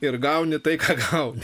ir gauni tai ką gauni